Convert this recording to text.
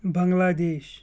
بنگلہٕ دیش